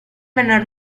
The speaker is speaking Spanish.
menor